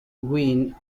gwen